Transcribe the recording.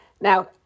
Now